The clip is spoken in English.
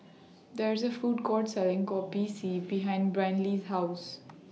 There IS A Food Court Selling Kopi C behind Brynlee's House